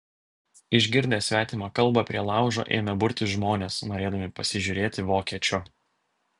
išgirdę svetimą kalbą prie laužo ėmė burtis žmonės norėdami pasižiūrėti vokiečio